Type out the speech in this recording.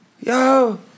yo